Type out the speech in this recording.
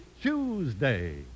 Tuesday